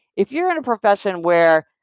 if you're in a profession where,